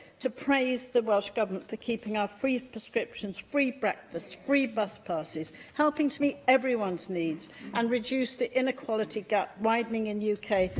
to praise the welsh government for keeping our free prescriptions, free breakfasts, free bus passes, helping to meet everyone's needs and reduce the inequality gap widening in yeah